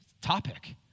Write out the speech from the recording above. topic